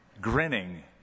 grinning